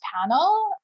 panel